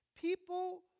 people